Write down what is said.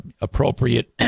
appropriate